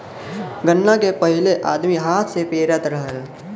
गन्ना के पहिले आदमी हाथ से पेरत रहल